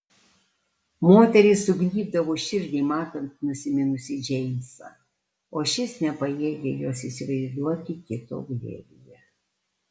moteriai sugnybdavo širdį matant nusiminusį džeimsą o šis nepajėgė jos įsivaizduoti kito glėbyje